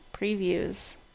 previews